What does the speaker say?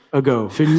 ago